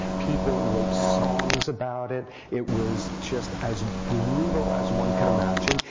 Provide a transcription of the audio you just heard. people wrote songs about it. it was just as brutal as one could imagine.